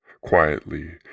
Quietly